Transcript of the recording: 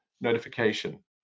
notification